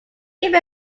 came